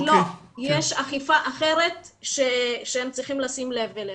יש אכיפה אחרת שהם צריכים לשים לב אליה.